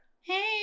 Hey